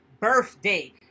birthday